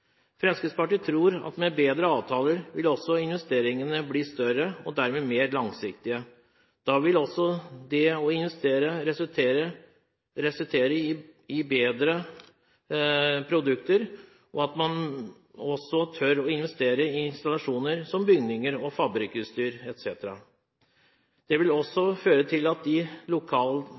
Fremskrittspartiet tror at med bedre avtaler vil også investeringene bli større, og dermed mer langsiktige. Da vil det å investere resultere i bedre produkter og at man også tør å investere i installasjoner som bygninger og fabrikkutstyr etc. Det vil føre til at de